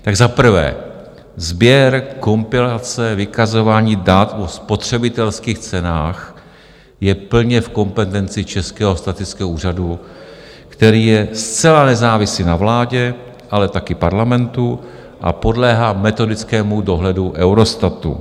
Tak za prvé, sběr, kompilace, vykazování dat o spotřebitelských cenách je plně v kompetenci Českého statického úřadu, který je zcela nezávislý na vládě, ale taky Parlamentu, a podléhá metodickému dohledu Eurostatu.